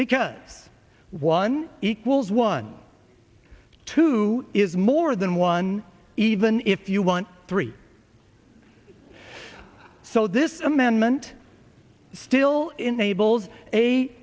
because one equals one two is more than one even if you want three so this amendment still enables a